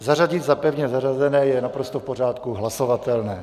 Zařadit za pevně zařazené je naprosto v pořádku a hlasovatelné.